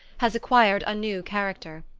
has acquired a new character.